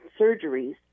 surgeries